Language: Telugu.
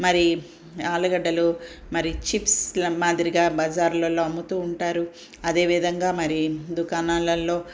మరి ఆలుగడ్డలు మరి చిప్స్ల మాదిరిగా బజార్లలో అమ్ముతు ఉంటారు అదేవిధంగా మరి దుకాణాలల్లో